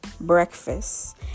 breakfast